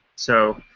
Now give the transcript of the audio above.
so,